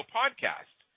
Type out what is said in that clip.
podcast